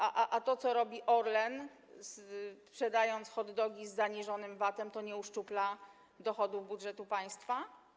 A to, co robi Orlen, sprzedając hot dogi z zaniżonym VAT-em, nie uszczupla dochodów budżetu państwa?